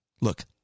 look